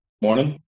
morning